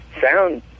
sound